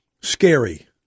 scary